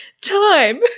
time